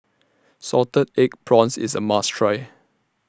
Salted Egg Prawns IS A must Try